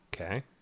Okay